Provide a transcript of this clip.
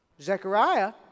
Zechariah